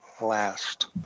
last